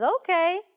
okay